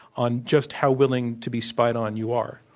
on just how willing to be spied on you are?